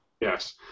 Yes